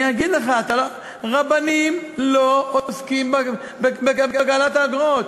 אני אגיד לך, רבנים לא עוסקים בקבלת האגרות.